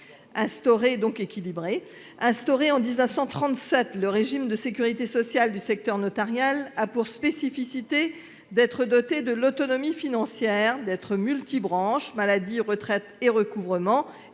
Instauré en 1937, le régime de sécurité sociale du secteur notarial a pour spécificité d'être doté de l'autonomie financière, d'être multibranches- maladie, retraite et recouvrement